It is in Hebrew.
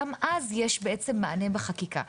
גם שם יש מענה דרך החקיקה,